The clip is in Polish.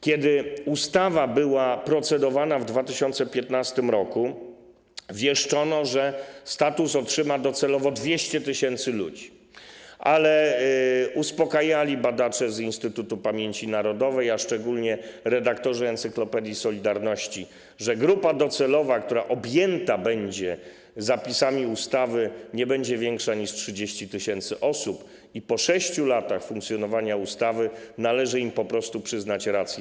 Kiedy ustawa była procedowana w 2015 r., wieszczono, że status otrzyma docelowo 200 tys. osób, ale badacze z Instytutu Pamięci Narodowej, a szczególnie redaktorzy Encyklopedii Solidarności, uspokajali, że grupa docelowa, która objęta będzie zapisami ustawy, nie będzie większa niż 30 tys. osób, i po 6 latach funkcjonowania ustawy należy im przyznać rację.